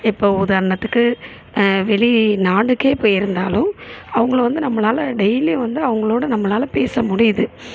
இப்போ உதாரணத்துக்கு வெளி நாடுகே போய் இருந்தாலும் அவங்கள வந்து நம்மளால டெய்லி வந்து அவங்களோட நம்மளால பேச முடியுது